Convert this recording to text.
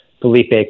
Felipe